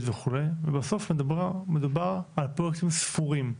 וכו' ובסוף מדובר על פרויקטים ספורים.